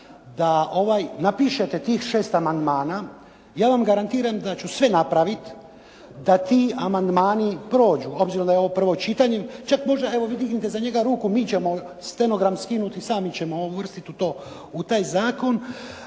da napišete tih 6 amandmana. Ja vam garantiram da ću sve napravit da ti amandmani prođu, obzirom da je ovo prvo čitanje. Čak možda evo vi dignite za njega ruku mi ćemo stenogram skinuti i sami ćemo uvrstiti u taj zakon,